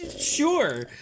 Sure